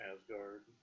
Asgard